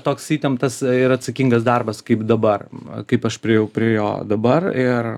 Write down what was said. toks įtemptas ir atsakingas darbas kaip dabar kaip aš priėjau prie jo dabar ir